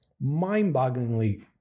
mind-bogglingly